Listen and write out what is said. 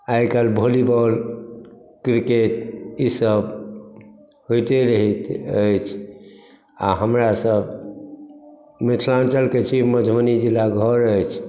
आइ कल्हि volleyball cricket ई सभ होइते रहैत अइ अछि आओर हमरा सभ मिथिलाञ्चलके छी मधुबनी जिला घर अछि